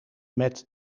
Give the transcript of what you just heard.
met